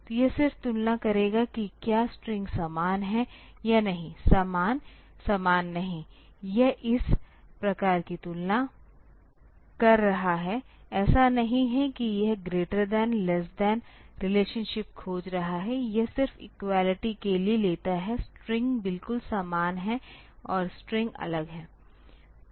तो यह सिर्फ तुलना करेगा कि क्या स्ट्रिंग समान हैं या नहीं समान समान नहीं यह इस प्रकार की तुलना कर रहा है ऐसा नहीं है कि यह greater than less than relationship खोज रहा है यह सिर्फ इक्वलिटी के लिए लेता है स्ट्रिंग बिल्कुल समान हैं और स्ट्रिंग अलग हैं